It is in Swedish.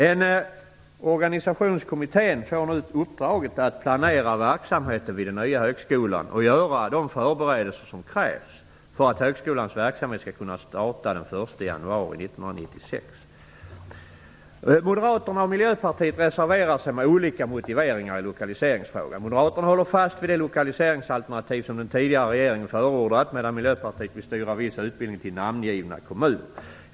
En organisationskommitté får nu uppdraget att planera verksamheten vid den nya högskolan och göra de förberedelser som krävs för att högskolans verksamhet skall kunna starta den 1 Moderaterna och Miljöpartiet reserverar sig med olika motiveringar i lokaliseringsfrågan. Moderaterna håller fast vid de lokaliseringsalternativ som den tidigare regeringen förordat, medan Miljöpartiet vill styra viss utbildning till namngivna kommuner.